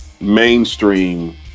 mainstream